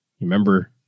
Remember